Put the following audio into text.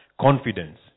confidence